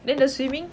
then the swimming